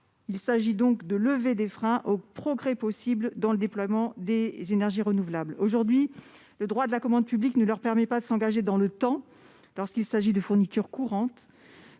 il s'agit donc de lever des freins au progrès possibles dans le déploiement des énergies renouvelables aujourd'hui le droit de la commande publique, ne leur permet pas de s'engager dans le temps, lorsqu'il s'agit de fournitures courantes